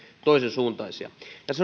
toisensuuntaisia tässä